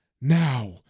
now